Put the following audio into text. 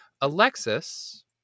Alexis